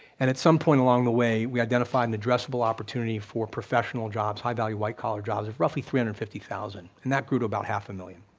and at some point along the way, we identified an addressable opportunity for professional jobs, high value, white collar jobs, roughly three hundred and fifty thousand, and that grew to about half a million,